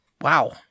Wow